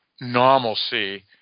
normalcy